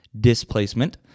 displacement